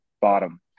bottom